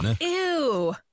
Ew